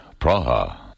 Praha